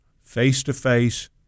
face-to-face